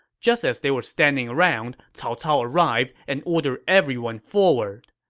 just as they were standing around, cao cao arrived and ordered everyone forward.